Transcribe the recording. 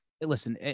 listen